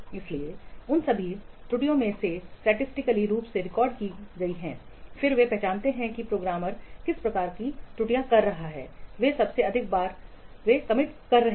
इसलिए उन सभी त्रुटियों में से जो सांख्यिकीय रूप से रिकॉर्ड की गई हैं फिर वे पहचानते हैं कि प्रोग्रामर किस प्रकार की त्रुटियां हैं वे सबसे अधिक बार वे कमिट कर रहे हैं